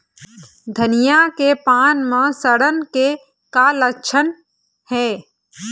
धनिया के पान म सड़न के का लक्षण ये?